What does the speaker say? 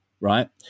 right